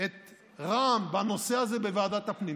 את רע"מ בנושא הזה בוועדת הפנים.